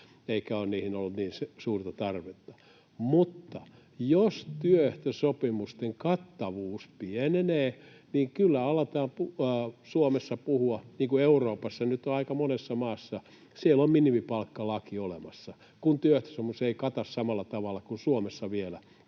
eikä ole niihin ollut niin suurta tarvetta. Mutta jos työehtosopimusten kattavuus pienenee, niin kyllä aletaan Suomessa puhua siitä, että Euroopassa nyt aika monessa maassa on minimipalkkalaki olemassa, kun työehtosopimus ei kata samalla tavalla kuin Suomessa vielä